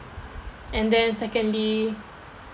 and then secondly